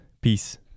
peace